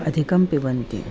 अधिकं पिबन्ति